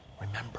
Remember